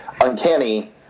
Uncanny